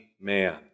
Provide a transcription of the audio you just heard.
man